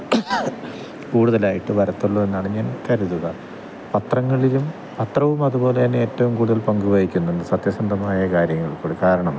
കൂടുതലായിട്ട് വരത്തുള്ളൂ എന്നാണ് ഞാൻ കരുതുക പത്രങ്ങളിലും പത്രവും അതുപോലെതന്നെ ഏറ്റവും കൂടുതൽ പങ്ക് വഹിക്കുന്നുണ്ട് സത്യസന്ധമായ കാര്യങ്ങളില്ക്കൂടി കാരണം